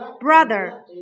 Brother